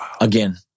again